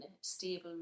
stable